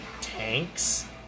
tanks